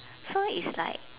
so it's like